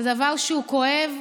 זה דבר שהוא כואב,